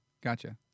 Gotcha